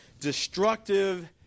destructive